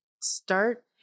start